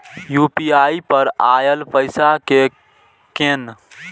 UPI पर आएल पैसा कै कैन?